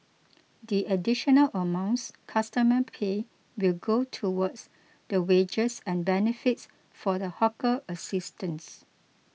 the additional amounts customer pay will go towards the wages and benefits for the hawker assistants